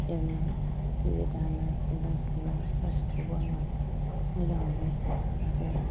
एरनाय जि दानाय खुन्दुं थुनाय गासैखौबो आङो मोजां मोनो आरो